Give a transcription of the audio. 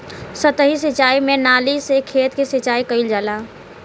सतही सिंचाई में नाली से खेत के सिंचाई कइल जाला